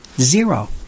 Zero